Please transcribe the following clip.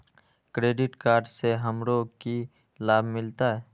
Credit card से हमरो की लाभ मिलते?